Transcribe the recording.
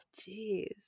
Jeez